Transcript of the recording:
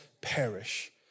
perish